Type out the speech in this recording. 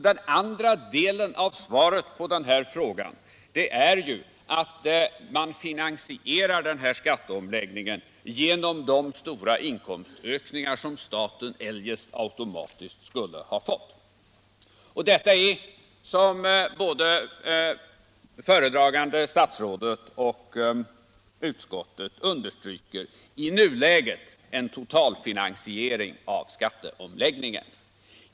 Den andra delen av svaret på frågan är alltså att man finansierar den här skatteomläggningen genom de stora inkomstökningar som staten eljest automatiskt skulle ha fått. Detta är, som både föredragande statsrådet och utskottet understryker, i nuläget en totalfinansiering av skatteomläggningen.